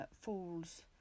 falls